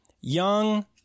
young